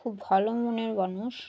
খুব ভালো মনের মানুষ